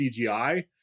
CGI